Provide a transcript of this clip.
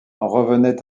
revenait